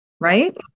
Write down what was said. right